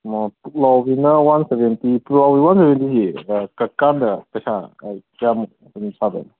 ꯑꯣ ꯄꯨꯛꯂꯥꯎꯕꯤꯅ one seventy ꯄꯨꯀꯂꯥꯎꯕꯤ ꯋꯥꯟ ꯁꯦꯚꯦꯟꯇꯤꯁꯤ ꯀꯛ ꯀꯥꯟꯗ ꯄꯩꯁꯥ ꯀꯌꯥꯃꯨꯛ ꯑꯗꯨꯝ ꯁꯥꯗꯣꯏꯅꯣ